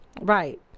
Right